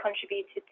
contributed